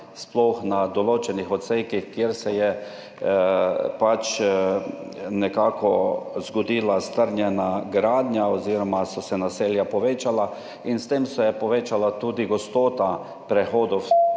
sploh na določenih odsekih, kjer se je pač nekako zgodila strnjena gradnja oziroma so se naselja povečala in s tem se je povečala tudi gostota prehodov